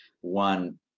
one